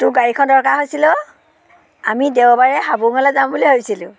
তোৰ গাড়ীখন দৰকাৰ হৈছিল অঁ আমি দেওবাৰে হাবুঙলৈ যাম বুলি ভাবিছিলোঁ